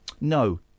No